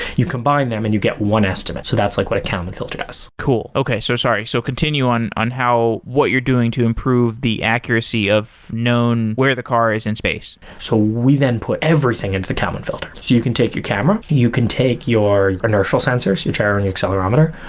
you combine them and you get one estimate. so that's like what a kalman filter does cool. okay, so sorry. so continue on on how what you're doing to improve the accuracy of known where the car is in space so we then put everything into the kalman filter. you can take your camera, you can take your initial sensors, your gyro and your accelerometer.